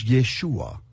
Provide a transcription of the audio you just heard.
Yeshua